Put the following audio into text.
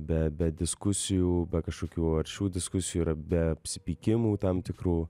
be be diskusijų be kažkokių aršių diskusijų yra be apsipykimų tam tikrų